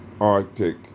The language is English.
arctic